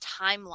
timeline